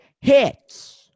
hits